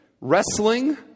wrestling